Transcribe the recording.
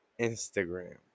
Instagram